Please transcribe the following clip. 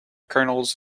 kernels